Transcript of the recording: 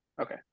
Okay